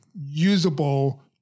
usable